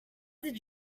did